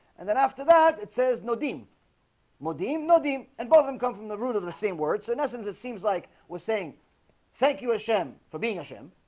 and then after that it says nodine modey modey and both him come from the root of the same word so in essence it seems like we're saying thank you a shen for being a shim.